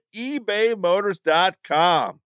ebaymotors.com